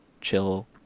chill